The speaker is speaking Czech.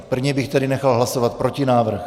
První bych tedy nechal hlasovat protinávrh.